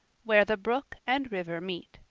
where the brook and river meet